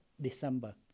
December